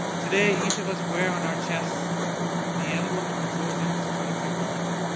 today each of us wear on our chests the emblem of the georgia institute of technology,